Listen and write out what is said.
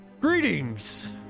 Greetings